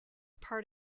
part